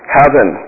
heaven